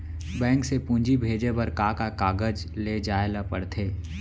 Bank से पूंजी भेजे बर का का कागज ले जाये ल पड़थे?